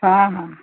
ହଁ ହଁ